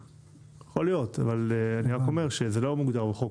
יכול להיות אבל אני רק אומר שזה לא מוגדר בחוק.